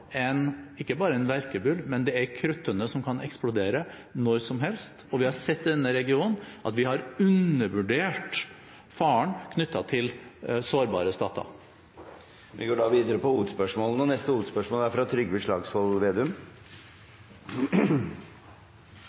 ikke bare en verkebyll, men en kruttønne som kan eksplodere når som helst, og vi har sett i denne regionen at vi har undervurdert faren knyttet til sårbare stater. Vi går videre til neste hovedspørsmål. Tenk deg scenarioet at Frankrike har fått ny regjering, og